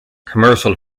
commercial